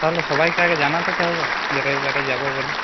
তাহলে সবাইকে আগে জানাতে তো হবে যে রবিবারে যাবো বলে